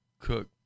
cook